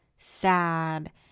sad